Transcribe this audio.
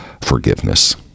forgiveness